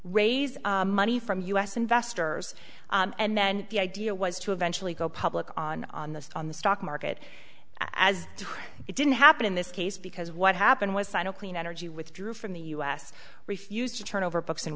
raise money from u s investors and then the idea was to eventually go public on on the on the stock market as it didn't happen in this case because what happened was i know clean energy withdrew from the us refused to turn over books